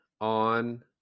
on